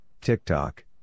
TikTok